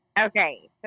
Okay